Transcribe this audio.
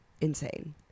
insane